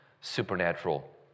supernatural